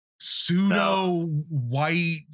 pseudo-white